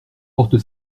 porte